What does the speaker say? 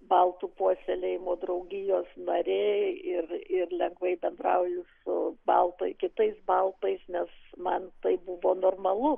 baltų puoselėjimo draugijos narė ir ir lengvai bendrauju su baltai kitais baltais nes man tai buvo normalu